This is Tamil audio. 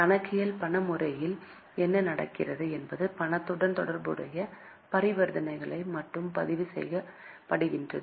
கணக்கியல் பண முறைமையில் என்ன நடக்கிறது என்பது பணத்துடன் தொடர்புடைய பரிவர்த்தனைகள் மட்டுமே பதிவு செய்யப்படுகின்றன